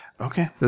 Okay